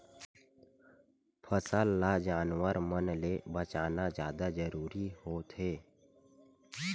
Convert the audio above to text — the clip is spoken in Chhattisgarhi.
फसल ल जानवर मन ले बचाना जादा जरूरी होवथे